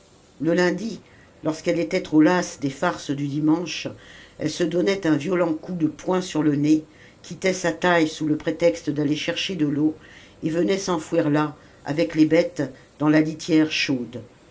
le lundi lorsqu'elle était trop lasse des farces du dimanche elle se donnait un violent coup de poing sur le nez quittait sa taille sous le prétexte d'aller chercher de l'eau et venait s'enfouir là avec les bêtes dans la litière chaude